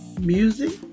music